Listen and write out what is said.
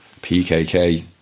PKK